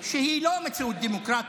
שהיא לא מציאות דמוקרטית.